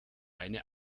eine